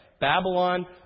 Babylon